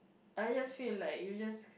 I just feel like you just